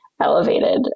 elevated